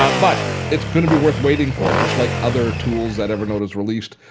but but it's going to be worth waiting for just like other tools that evernote has released.